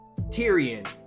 Tyrion